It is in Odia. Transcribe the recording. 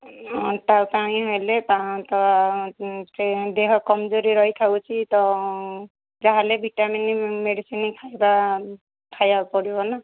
ଅଣ୍ଟା ପାଇଁ ହେଲେ ଦେହ କମଜୋରୀ ରହିଥାଉଛି ତ ଯାହା ହେଲେ ଭିଟାମିନ୍ ମେଡ଼ିସିନ୍ ଖାଇବା ଖାଇବାକୁ ପଡ଼ିବ ନା